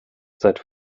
seit